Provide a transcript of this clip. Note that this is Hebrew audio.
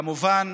כמובן